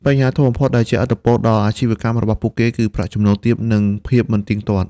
បញ្ហាធំបំផុតដែលជះឥទ្ធិពលដល់ជីវភាពរបស់ពួកគេ គឺប្រាក់ចំណូលទាប និងភាពមិនទៀងទាត់។